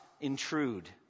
intrude